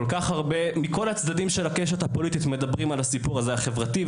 מכל הצדדים של הקשת הפוליטית מדברים על הסיפור הזה; החברתי,